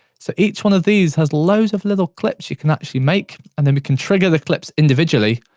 so, each one of these has loads of little clips you can actually make, and then we can trigger the clips individually,